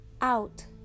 out